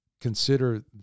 consider